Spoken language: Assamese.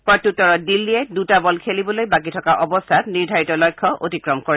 প্ৰত্যুত্তৰত দিল্লীয়ে দুটা বল খেলিবলৈ বাকী থকা অৱস্থাত নিৰ্ধাৰিত লক্ষ্য অতিক্ৰম কৰে